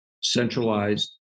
centralized